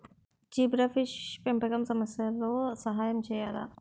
Zebrafish పెంపకం సమస్యలతో సహాయం చేయాలా?